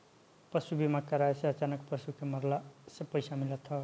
पशु बीमा कराए से अचानक पशु के मरला से पईसा मिलत हवे